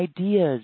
ideas